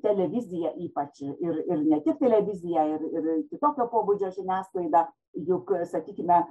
televizija ypač ir ir ne tik televizija ir ir kitokio pobūdžio žiniasklaida juk sakykime